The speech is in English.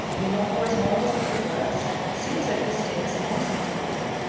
will your boy's morals be the worse? it seems that gustavus momson's will.